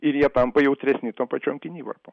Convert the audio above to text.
ir jie tampa jautresni tom pačiam kinivarpom